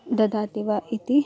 ददाति वा इति